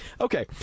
Okay